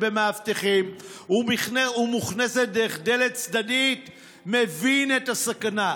במאבטחים ומוכנסת דרך דלת צדדית מבין את הסכנה.